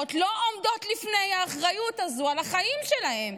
לא עומדים לפני האחריות הזו על החיים שלהם.